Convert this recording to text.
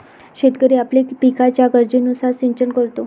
शेतकरी आपल्या पिकाच्या गरजेनुसार सिंचन करतो